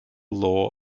law